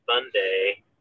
Sunday